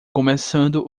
começando